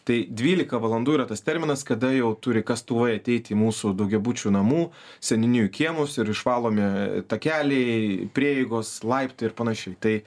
tai dvylika valandų yra tas terminas kada jau turi kas tuoj ateit mūsų daugiabučių namų seniūnijų kiemus ir išvalomi takeliai prieigos laiptai ir panašiai tai